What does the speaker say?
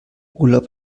urlaub